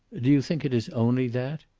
do you think it is only that?